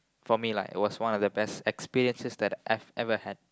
for me lah it was one of the best experiences that I've ever had